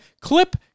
Clip